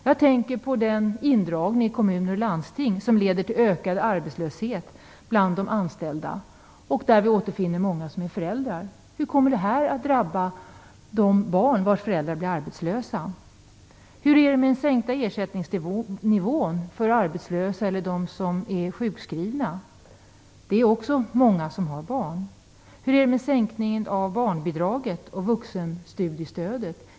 Jag tänker på den indragning i kommuner och landsting som leder till ökad arbetslöshet bland de anställda och där vi återfinner många som är föräldrar. Hur kommer detta att drabba de barn vars föräldrar blir arbetslösa? Hur är det med den sänkta ersättningsnivån för dem som är arbetslösa eller sjukskrivna? Det är många av dem som också har barn. Hur är det med sänkningen av barnbidraget och vuxenstudiestödet?